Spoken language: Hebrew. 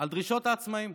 על דרישות העצמאים.